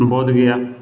بودھ گیا